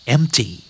Empty